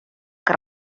que